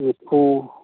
ꯅꯤꯐꯨ